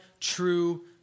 true